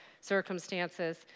circumstances